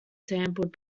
sampled